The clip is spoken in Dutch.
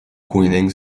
koningin